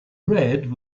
read